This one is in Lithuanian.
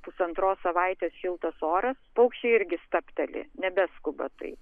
pusantros savaitės šiltas oras paukščiai irgi stabteli nebeskuba taip